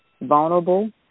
vulnerable